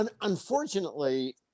unfortunately